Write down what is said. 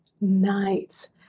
nights